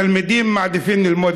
תלמידים מעדיפים ללמוד,